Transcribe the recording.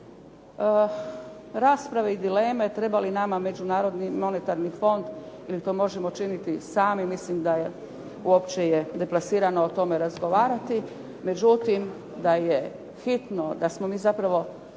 Rasprave i dileme treba li nama Međunarodni monetarni fond ili to možemo činiti sami mislim da uopće je deplasirano o tome razgovarati. Međutim, da je hitno da smo mi zapravo